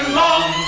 long